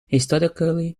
historically